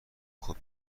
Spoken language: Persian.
خود